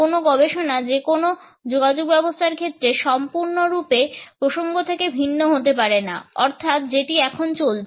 কোন গবেষণা যেকোনো যোগাযোগ ব্যবস্থার ক্ষেত্রে সম্পূর্ণরূপে প্রসঙ্গ থেকে ভিন্ন হতে পারে না অর্থাৎ যেটি এখন চলছে